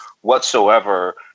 whatsoever